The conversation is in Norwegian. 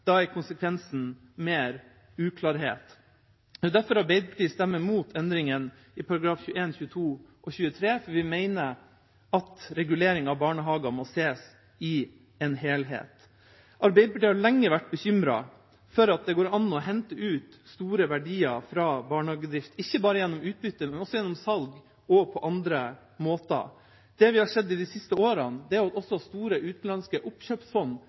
da er konsekvensen mer uklarhet. Det er derfor Arbeiderpartiet stemmer imot endringene i §§ 21, 22 og 23 – vi mener at regulering av barnehager må ses i en helhet. Arbeiderpartiet har lenge vært bekymret for at det går an å hente ut store verdier fra barnehagedrift, ikke bare gjennom utbytte, men også gjennom salg og på andre måter. Det vi har sett de siste årene, er at også store, utenlandske oppkjøpsfond